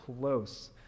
close